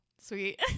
sweet